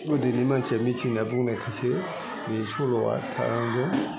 गोदोनि मानसिया मिथिना बुंनायखायसो बे सल'वा थालांदों